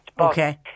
Okay